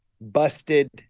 busted